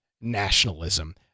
nationalism